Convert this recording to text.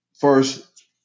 First